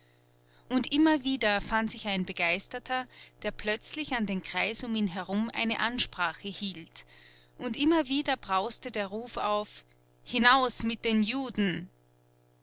und immer wieder fand sich ein begeisterter der plötzlich an den kreis um ihn herum eine ansprache hielt und immer wieder brauste der ruf auf hinaus mit den juden